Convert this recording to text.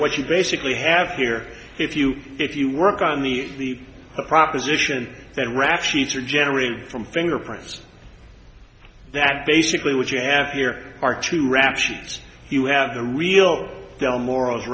what you basically have here if you if you work on the proposition that rap sheets are generated from fingerprints that basically what you have here are two rap sheets you have the real deal mor